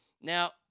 Now